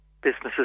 businesses